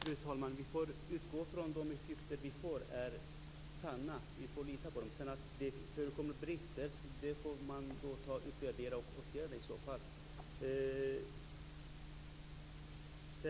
Fru talman! Jag tog exempel från ett fängelse där man hade haft två psykologtjänster. Man tog bort den ena psykologtjänsten och har den